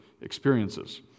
experiences